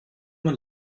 man